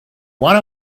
one